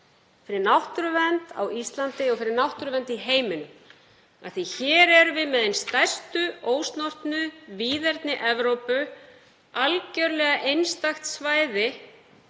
fyrir náttúruvernd á Íslandi og fyrir náttúruvernd í heiminum af því að hér erum við með ein stærstu ósnortnu víðerni Evrópu, algerlega einstakt svæði